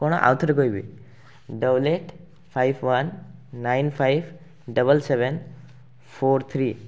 କ'ଣ ଆଉଥରେ କହିବି double eight five one nine five double seven four three